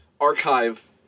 archive